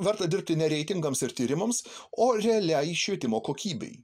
verta dirbti ne reitingams ir tyrimams o realiai švietimo kokybei